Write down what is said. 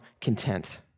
content